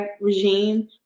regime